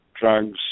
drugs